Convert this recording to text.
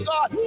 God